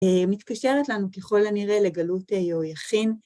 מתקשרת לנו, ככל הנראה, לגלות יהויכין.